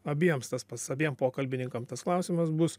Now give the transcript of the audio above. abiems tas pats abiem pokalbininkam tas klausimas bus